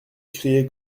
criez